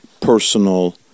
personal